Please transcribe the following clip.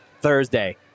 Thursday